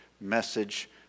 message